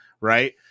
Right